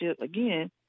again